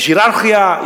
יש הייררכיה,